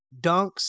dunks